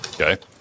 Okay